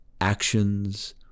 actions